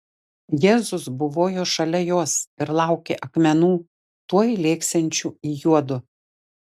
jėzus buvojo šalia jos ir laukė akmenų tuoj lėksiančių į juodu